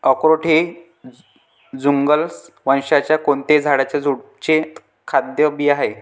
अक्रोड हे जुगलन्स वंशाच्या कोणत्याही झाडाच्या ड्रुपचे खाद्य बिया आहेत